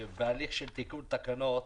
בהליך של תיקון תקנות,